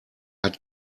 hat